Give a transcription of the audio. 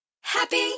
Happy